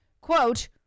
Quote